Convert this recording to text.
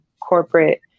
corporate